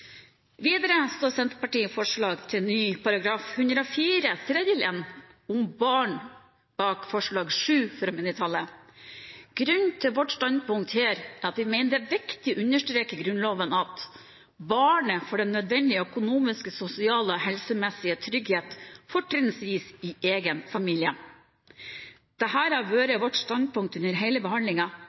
Videre står Senterpartiet i forslag til ny § 104 tredje ledd – om barn – bak forslag nr. 7 fra mindretallet. Grunnen til vårt standpunkt her er at vi mener det er viktig å understreke i Grunnloven at «barnet får den nødvendige økonomiske, sosiale og helsemessige trygghet, fortrinnsvis i egen familie». Dette har vært vårt standpunkt under hele